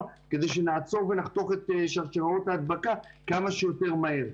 כדי שנעצור ונחתוך את שרשראות ההדבקה כמה שיותר מהר.